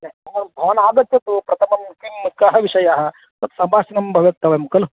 भवान् भवान् आगच्छन्तु प्रथमं किं कः विषयः तत् सम्भाषणं भवितव्यं खलु